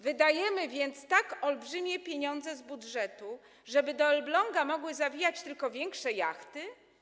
Wydajemy więc tak olbrzymie pieniądze z budżetu, żeby do Elbląga mogły zawijać tylko większe jachty?